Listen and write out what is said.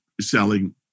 selling